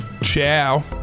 Ciao